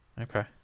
Okay